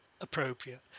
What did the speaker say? appropriate